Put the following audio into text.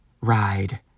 ride